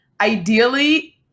ideally